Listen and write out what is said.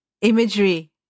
imagery